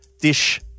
dish